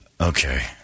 Okay